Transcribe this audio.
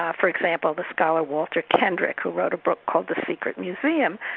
ah for example, the scholar walter kendrick, who wrote a book called the secret museum,